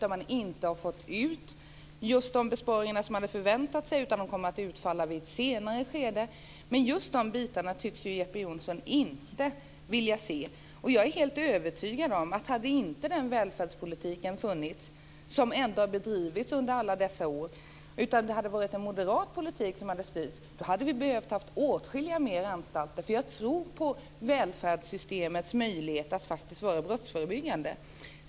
Man har inte fått ut just de besparingar som man hade förväntat sig utan de kommer att utfalla i ett senare skede. Men just de bitarna tycks ju Jeppe Johnsson inte vilja se. Jag är helt övertygad om att hade inte den välfärdspolitik funnits som ändå har bedrivits under alla dessa år, om det i stället hade varit moderat politik som styrt, hade vi behövt ha åtskilliga fler anstalter. Jag tror nämligen på välfärdssystemets möjlighet att faktiskt vara brottsförebyggande.